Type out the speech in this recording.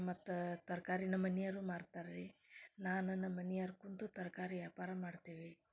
ಮತ್ತು ತರಕಾರಿ ನಮ್ಮ ಮನಿಯರು ಮಾರ್ತಾರೆ ರೀ ನಾನು ನಮ್ಮ ಮನಿಯರು ಕುಂತು ತರಕಾರಿ ವ್ಯಾಪಾರ ಮಾಡ್ತೀವಿ